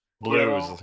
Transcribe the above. blues